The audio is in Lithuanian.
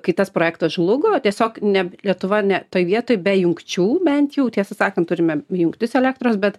kai tas projektas žlugo tiesiog ne lietuva ne toj vietoj be jungčių bent jau tiesą sakant turime jungtis elektros bet